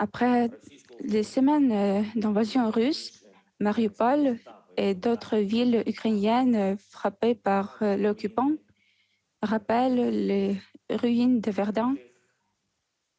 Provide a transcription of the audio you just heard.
Après des semaines d'invasion, Marioupol et d'autres villes ukrainiennes frappées par l'occupant russe rappellent les ruines de Verdun,